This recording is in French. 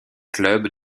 clubs